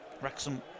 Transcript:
Wrexham